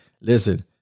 Listen